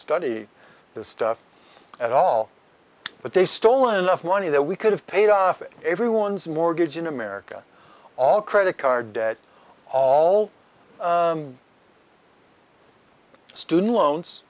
study this stuff at all but they stole enough money that we could have paid off in everyone's mortgage in america all credit card debt all student loans